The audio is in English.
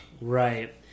Right